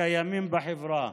הקיימים בחברה.